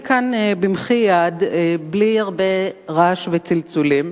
והנה כאן, במחי יד, בלי הרבה רעש וצלצולים,